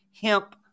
hemp